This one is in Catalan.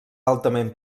altament